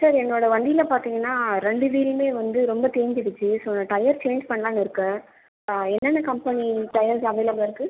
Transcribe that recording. sir என்னோடய வண்டியில் பார்த்திங்கனா ரெண்டு வீலுமே வந்து ரொம்ப தேய்ஞ்சிடுச்சி ஸோ நான் டயர் சேஞ்ச் பண்ணலானு இருக்கேன் என்னென்ன கம்பெனி டயர்ஸ் அவைளபிலில் இருக்குது